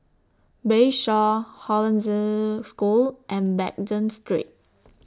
Bayshore Hollandse School and Baghdad Street